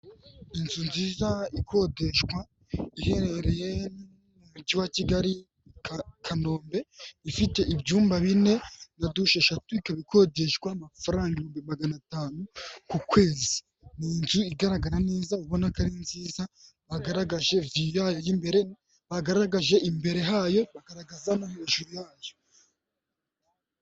Inzu nziza ikodeshwa iherereye mu mujyi wa Kigali, Kanombe ifite ibyumba bine na dushe eshatu ikaba ibikodeshwa amafaranga ibihumbi magana atanu ku kwezi. Ni inzu igaragara neza ubona ko ari nziza bagaragaje imbere hayo bagaragaza no hejuru yayo.